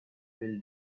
will